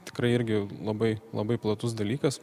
tikrai irgi labai labai platus dalykas